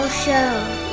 show